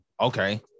Okay